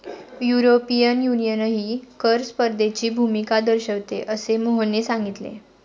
European युनियनही कर स्पर्धेची भूमिका दर्शविते, असे मोहनने सांगितले